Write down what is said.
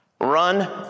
Run